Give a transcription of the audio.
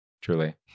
Truly